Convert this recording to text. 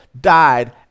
died